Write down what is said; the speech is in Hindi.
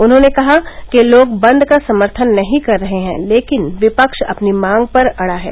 उन्होंने कहा कि लोग बंद का समर्थन नहीं कर रहे हैं लेकिन विपक्ष अपनी मांग पर अड़ा है